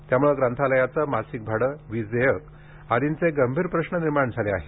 त्यामुळे ग्रंथालयाचे मासिक भाडे वीज देयके आर्दींचे गंभीर प्रश्न निर्माण झाले आहेत